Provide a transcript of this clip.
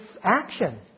action